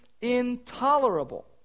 intolerable